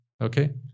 Okay